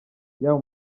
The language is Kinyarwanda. yaba